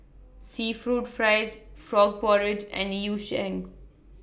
Seafood fries Frog Porridge and Yu Sheng